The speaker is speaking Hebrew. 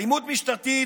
אלימות משטרתית,